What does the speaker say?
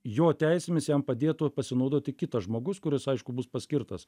jo teisėmis jam padėtų pasinaudoti kitas žmogus kuris aišku bus paskirtas